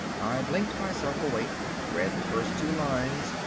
i blinked myself awake, read the first two lines,